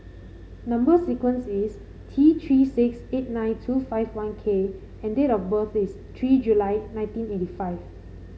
number sequence is T Three six eight nine two five one K and date of birth is three July nineteen eighty five